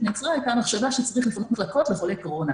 נעצרה הייתה המחשבה שצריך --- לחולי קורונה.